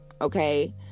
Okay